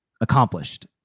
accomplished